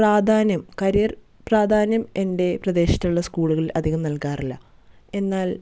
പ്രാധാന്യം കരിയർ പ്രാധാന്യം എൻ്റെ പ്രദേശത്തുള്ള സ്കൂളുകളിൽ അധികം നൽകാറില്ല എന്നാൽ